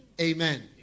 Amen